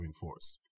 force